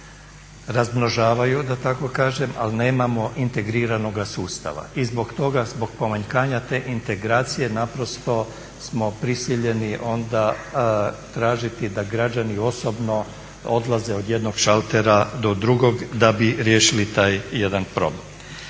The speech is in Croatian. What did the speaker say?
razmnožavaju da tako kažem, ali nemamo integriranoga sustava i zbog toga, zbog pomanjkanja te integracije naprosto smo prisiljeni onda tražiti da građani osobno odlaze od jednog šaltera do drugog da bi riješili taj jedan problem.